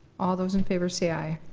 all those in favor say aye.